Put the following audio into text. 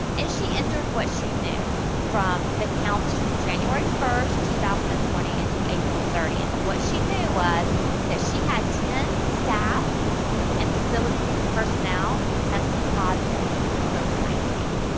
and she entered what she knew from the counts from january first, two thousand and twenty until april thirtieth. and what she knew was that she had ten staff and facility personnel who tested positive for covid nineteen.